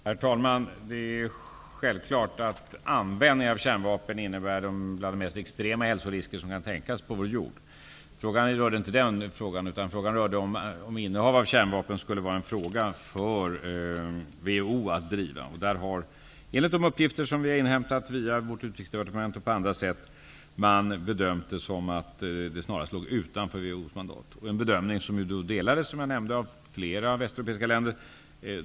Herr talman! Det är självklart att användning av kärnvapen innebär bland de mest extrema hälsorisker som kan tänkas på vår jord. Frågan rörde inte detta, utan om huruvida innehav av kärnvapen skulle vara en fråga för WHO att driva. Där har man, enligt de uppgifter som vi har inhämtat via Utrikesdepartementet och på andra sätt, bedömt det som att det snarast ligger utanför WHO:s mandat. Denna bedömning delades av, som jag nämnde, flera västeuropeiska länder.